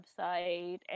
website